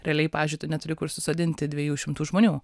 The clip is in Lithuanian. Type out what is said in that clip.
realiai pavyzdžiui tu neturi kur susodinti dviejų šimtų žmonių